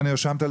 אז תבקש להירשם,